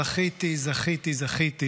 זכיתי, זכיתי, זכיתי,